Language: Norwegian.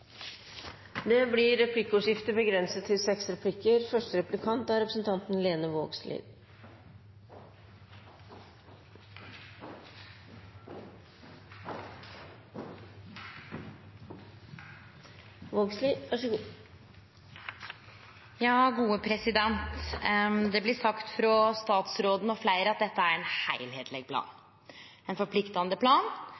Det blir replikkordskifte. Det blir sagt av statsråden og fleire at dette er ein